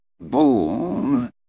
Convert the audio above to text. Boom